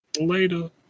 later